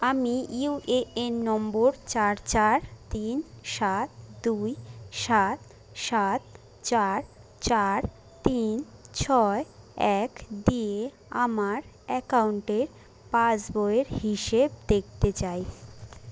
আমি ইউএএন নম্বর চার চার তিন সাত দুই সাত সাত চার চার তিন ছয় এক দিয়ে আমার অ্যাকাউন্টের পাসবইয়ের হিসেব দেখতে চাই